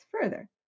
further